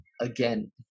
again